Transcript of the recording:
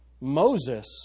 Moses